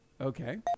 Okay